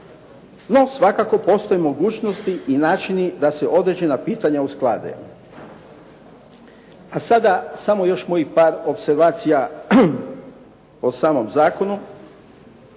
no svakako postoji mogućnosti i načini da se određena pitanja usklade. A sada, samo još mojih par opservacija o samom zakonu.